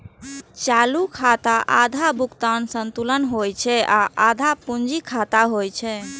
चालू खाता आधा भुगतान संतुलन होइ छै आ आधा पूंजी खाता होइ छै